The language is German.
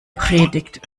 predigt